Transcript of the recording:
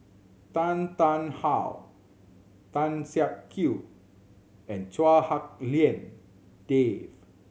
Tan Tarn How Tan Siak Kew and Chua Hak Lien Dave